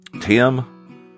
Tim